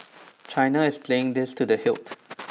China is playing this to the hilt